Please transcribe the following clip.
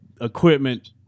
equipment